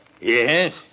Yes